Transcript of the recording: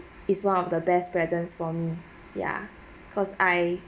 is one of the best present for me cause I